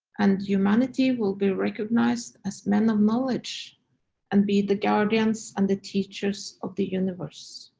and humanity will be recognized as men of knowledge and be the guardians and the teachers of the universe.